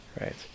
right